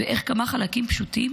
ואיך כמה חלקים פשוטים